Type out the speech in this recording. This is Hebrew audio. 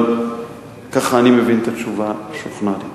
אבל ככה אני מבין את התשובה שהוכנה לי.